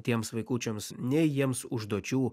tiems vaikučiams nei jiems užduočių